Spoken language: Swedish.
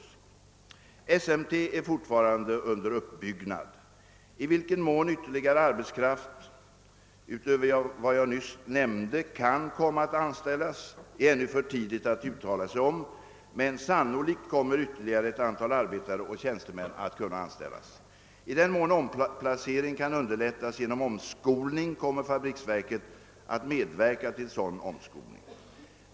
SMT Machine Company AB är fortfarande under uppbyggnad. I vilken mån ytterligare arbetskraft utöver vad jag nyss nämnde kan komma att anställas är ännu för tidigt att uttala sig om, men sannolikt kommer ytterligare ett antal arbetare och tjänstemän att kunna anställas. I den mån omplacering kan un derlättas genom omskolning kommer fabriksverket att medverka till sådan omskolning.